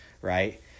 right